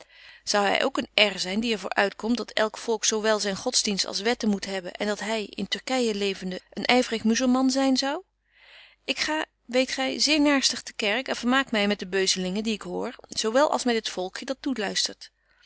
zou hy ook een r zyn die er voor uitkomt dat elk volk zo wel zyn godsdienst als wetten moet hebben en dat hy in turkyen levende een yverig muzelman zyn zou ik ga weet gy zeer naarstig te kerk en vermaak my met de beuzelingen die ik hoor zo wel als met het volkje dat toeluistert